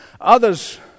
Others